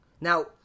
Now